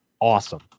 awesome